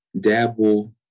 dabble